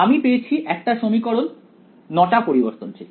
আমি পেয়েছি 1 টা সমীকরণ 9 টা পরিবর্তনশীল